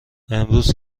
امروز